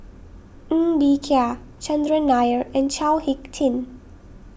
Ng Bee Kia Chandran Nair and Chao Hick Tin